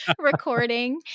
recording